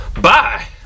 bye